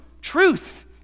Truth